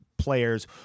players